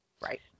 Right